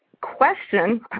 question